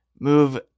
move